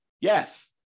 Yes